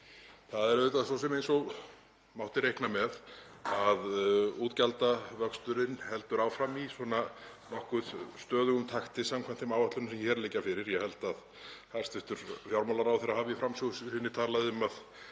Það er auðvitað svo sem eins og mátti reikna með að útgjaldavöxturinn heldur áfram í svona nokkuð stöðugum takti samkvæmt þeim áætlunum sem hér liggja fyrir. Ég held að hæstv. fjármálaráðherra hafi í framsöguræðu sinni talað um að